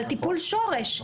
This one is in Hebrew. על טיפול שורש.